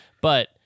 But-